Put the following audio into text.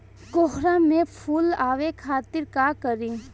कोहड़ा में फुल आवे खातिर का करी?